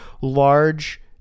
large